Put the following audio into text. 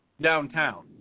downtown